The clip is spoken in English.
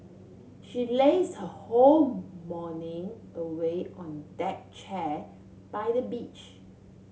she laze her whole morning away on deck chair by the beach